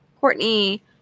Courtney